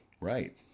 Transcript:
Right